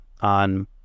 on